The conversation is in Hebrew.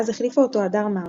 אז החליפה אותו הדר מרקס.